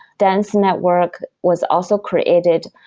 dense network was also created,